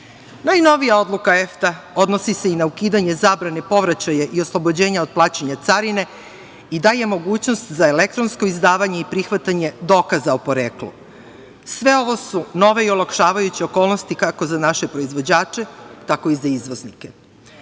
moguće. Najnovija odluka EFTA odnosi se i na ukidanje zabrane povraćaja i oslobođenja od plaćanja carine i daje mogućnost za elektronsko izdavanje i prihvatanje dokaza o poreklu. Sve ovo su nove i olakšavajuće okolnosti kako za naše proizvođače, tako i za izvoznike. Proizvodi